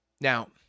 Now